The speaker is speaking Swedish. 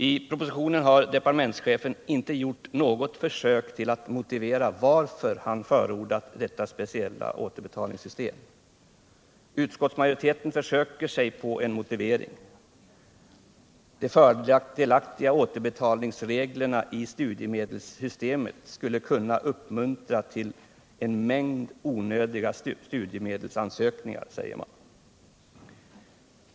I propositionen har departementschefen inte gjort något försök att motivera varför han förordar det aktuella återbetalningssystemet. Utskottsmajoriteten försöker sig på en motivering, nämligen att de fördelaktiga återbetalningsreglerna i studiemedelssystemet skulle kunna uppmuntra till en mängd onödiga studiemedelsansökningar.